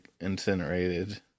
incinerated